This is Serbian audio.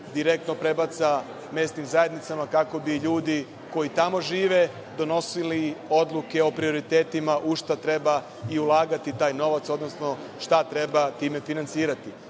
direktno prebaci mesnim zajednicama, kako bi ljudi koji tamo žive donosili odluke o prioritetima, u šta treba ulagati taj novac, odnosno šta treba time finansirati. Meni